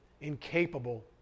incapable